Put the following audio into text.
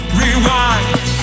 rewind